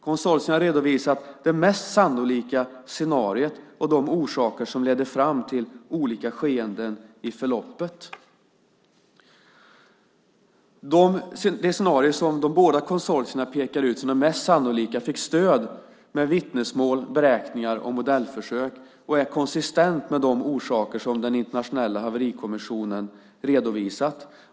Konsortierna har redovisat det mest sannolika scenariot och de orsaker som ledde fram till olika skeenden i förloppet. Det scenario som de båda konsortierna med stöd av vittnesmål, beräkningar och modellförsök pekar ut som det mest sannolika är konsistent med de orsaker som den internationella haverikommissionen har redovisat.